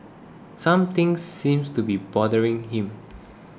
something seems to be bothering him